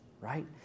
right